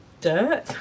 dirt